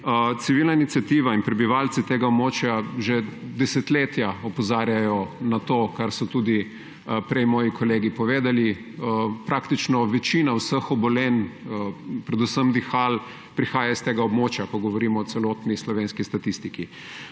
Civilna iniciativa in prebivalci tega območja že desetletja opozarjajo na to, kar so tudi prej moji kolegi povedali. Praktično večina vseh obolenj predvsem dihal prihaja s tega območja, ko govorimo o celotni slovenski statistiki.